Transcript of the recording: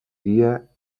dia